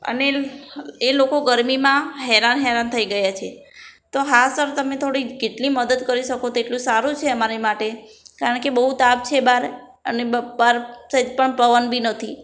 અને એ લોકો ગરમીમાં હેરાન હેરાન થઈ ગયા છે તો હા સર તમે થોડી કેટલી મદદ કરી શકો તેટલું સારું છે અમારી માટે કારણ કે બહુ તાપ છે બહાર અને સહેજ પણ પવન બી નથી